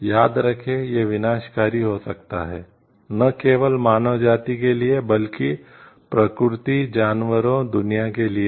याद रखें यह विनाशकारी हो सकता है न केवल मानव जाति के लिए बल्कि प्रकृति जानवरों दुनिया के लिए भी